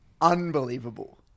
unbelievable